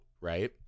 right